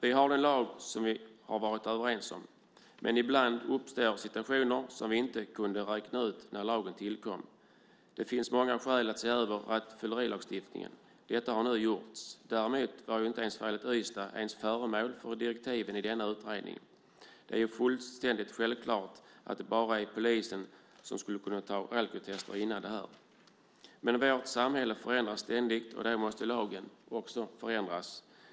Vi har en lag som vi har varit överens om, men ibland uppstår det situationer som vi inte hade kunnat räkna ut skulle uppstå när lagen tillkom. Det finns många skäl att se över rattfyllerilagstiftningen. Detta har nu gjorts. Däremot var fallet Ystad inte ens föremål för direktiven i denna utredning. Det var ju fullständigt självklart att det bara var polisen som skulle kunna ta alkotester innan det här hände. Men vårt samhälle förändras ständigt, och då måste lagen också ändras.